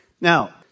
Now